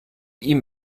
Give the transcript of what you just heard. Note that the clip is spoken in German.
ihm